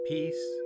Peace